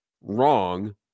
wrong